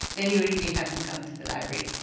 then you really have to come to the library.